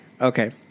Okay